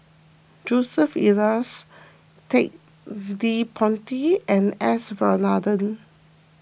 Joseph Elias Ted De Ponti and S Varathan